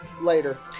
Later